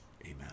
Amen